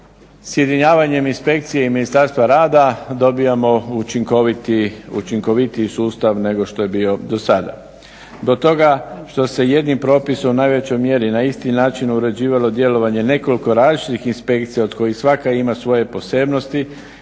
Sjedinjavanjem inspekcije i Ministarstva rada dobivamo učinkovitiji sustav nego što je bio do sada. Do toga što se jedinim propisom u najvećoj mjeri na isti način uređivalo djelovanje nekoliko različitih inspekcija od kojih svaka ima svoje posebnosti